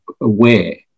aware